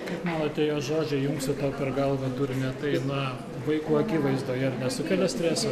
kaip manote jo žodžiai jungsiu tau per galvą durne tai na vaikų akivaizdoje ar nesukelia streso